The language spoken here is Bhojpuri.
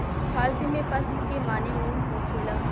फ़ारसी में पश्म के माने ऊन होखेला